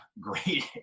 great